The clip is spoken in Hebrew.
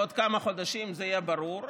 עוד כמה חודשים זה יהיה ברור,